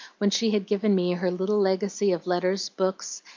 when she had given me her little legacy of letters, books,